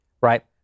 right